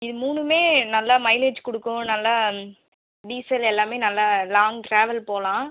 இது மூணுமே நல்லா மைலேஜ் கொடுக்கும் நல்லா டீசலு எல்லாமே நல்லா லாங்க் ட்ராவல் போகலாம்